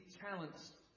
talents